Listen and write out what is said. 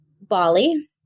Bali